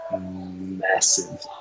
massive